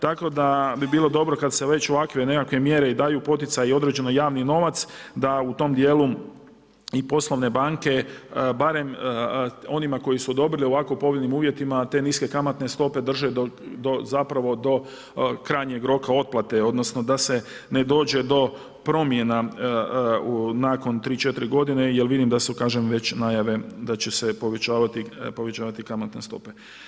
Tako da bi bilo dobro kad se već ovakve nekakve mjere i daju poticaj i određeni javni novac, da u tom djelu i poslovne banke, barem onima koji su odobrili ovako povoljnim uvjetima te niske kamatne stope drže zapravo do krajnjeg roka otplate, odnosno da se ne dođe do promjena nakon 3-4 godine jer vidim da su kažem već najave da će se povećavati kamatne stope.